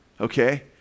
okay